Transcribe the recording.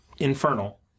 Infernal